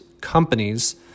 companies